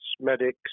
medics